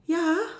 ya